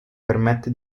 permette